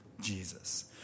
Jesus